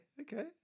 Okay